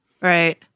Right